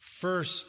first